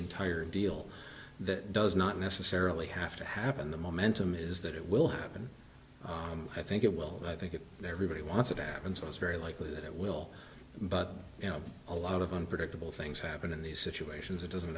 entire deal that does not necessarily have to happen the momentum is that it will happen i think it will i think it everybody wants it happens all very likely that it will but you know a lot of unpredictable things happen in these situations it doesn't